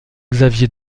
xavier